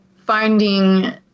finding